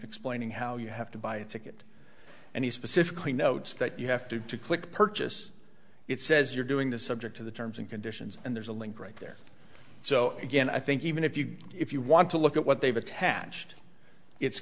explaining how you have to buy a ticket and he specifically notes that you have to click purchase it says you're doing this subject to the terms and conditions and there's a link right there so again i think even if you if you want to look at what they've attached it's